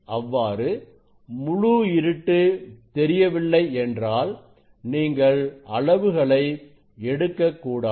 அவ்வாறு முழு இருட்டு தெரியவில்லை என்றால் நீங்கள் அளவுகளை எடுக்கக்கூடாது